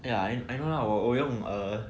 ya and I know lah 我我用 err